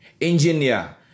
Engineer